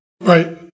Right